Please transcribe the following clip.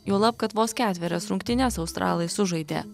juolab kad vos ketverias rungtynes australai sužaidė